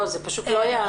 לא, זה פשוט לא ייאמן.